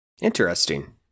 Interesting